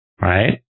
Right